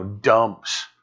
dumps